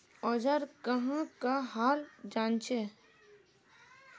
औजार कहाँ का हाल जांचें?